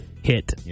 hit